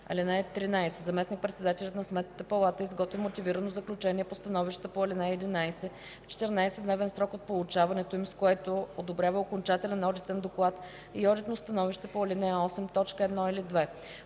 7 дни. (13) Заместник-председателят на Сметната палата изготвя мотивирано заключение по становищата по ал. 11 в 14 дневен срок от получаването им, с което одобрява окончателен одитен доклад и одитно становище по ал. 8, т. 1 или 2.